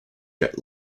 jet